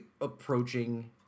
approaching